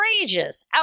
outrageous